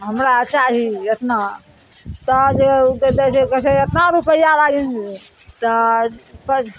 हमरा चाही एतना साँझमे उ कहैत रहय छै एतना रुपैआ लागिन जे तऽ पर